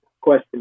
question